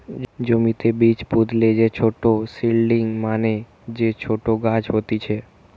জমিতে বীজ পুতলে যে ছোট সীডলিং মানে যে ছোট গাছ হতিছে